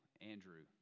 Andrew